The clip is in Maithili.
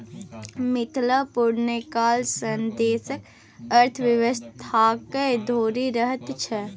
मिथिला पुरने काल सँ देशक अर्थव्यवस्थाक धूरी रहल छै